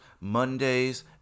Monday's